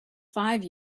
five